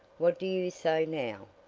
what do you say, now?